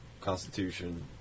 constitution